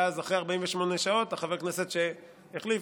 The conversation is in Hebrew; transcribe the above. ואחרי 48 שעות חבר הכנסת שהחליף,